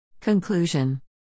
Conclusion